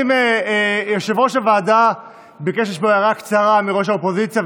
יושב-ראש הוועדה ביקש לשמוע הערה קצרה מראש האופוזיציה,